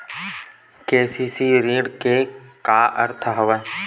KCC ऋण के का अर्थ हवय?